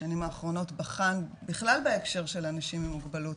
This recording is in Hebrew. בשנים האחרונות בחן בכלל בהקשר של אנשים עם מוגבלות,